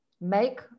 make